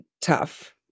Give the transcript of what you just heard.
tough